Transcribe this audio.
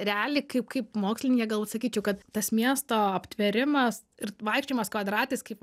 realiai kaip kaip mokslininkė galbūt sakyčiau kad tas miesto aptvėrimas ir vaikščiojimas kvadratais kaip